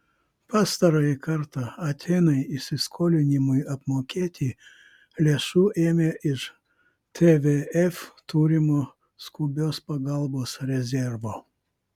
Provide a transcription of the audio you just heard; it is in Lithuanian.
pastarąjį kartą atėnai įsiskolinimui apmokėti lėšų ėmė iš tvf turimo skubios pagalbos rezervo